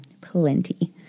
plenty